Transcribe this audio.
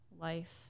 life